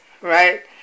right